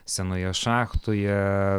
senoje šachtoje